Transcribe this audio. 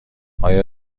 آیا